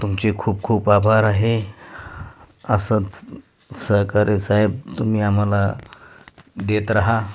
तुमचे खूप खूप आभार आहे असंच सहकार्य साहेब तुम्ही आम्हाला देत रहा